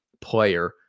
Player